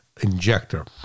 injector